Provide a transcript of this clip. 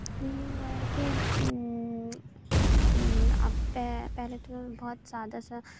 یوں ہوا ہے کہ اب پے پہلے تو بہت سادہ سا